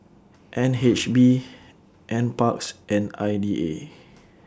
N H B NParks and I D A